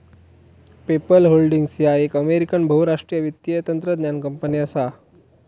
PayPal holdings ह्या एक American बहुराष्ट्रीय वित्तीय तंत्रज्ञान कंपनी असा